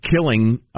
killing